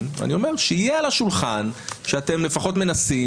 ואני אומר שיהיה על השולחן שאתם לפחות מנסים,